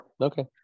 Okay